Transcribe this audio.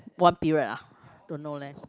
one period ah don't know leh